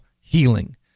healing